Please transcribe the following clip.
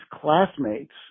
classmates